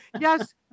Yes